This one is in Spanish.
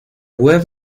web